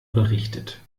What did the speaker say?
berichtet